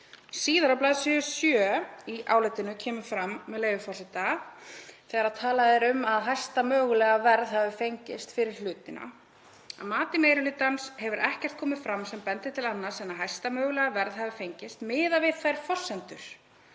Síðar, á bls. 7 í álitinu, kemur fram, með leyfi forseta, þegar talað er um að hæsta mögulega verð hefur fengist fyrir hlutina: „Að mati meiri hlutans hefur ekkert komið fram sem bendir til annars en að hæsta mögulega verð hafi fengist miðað við þær forsendur